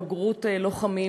בגרות ללוחמים.